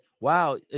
Wow